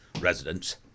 residents